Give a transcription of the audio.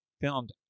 filmed